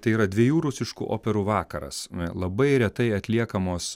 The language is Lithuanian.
tai yra dviejų rusiškų operų vakaras labai retai atliekamos